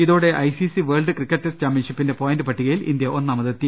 ഇതോടെ ICC world cricket test ചാമ്പ്യൻഷിപ്പിന്റെ point പട്ടികയിൽ ഇന്ത്യ ഒന്നാമതെത്തി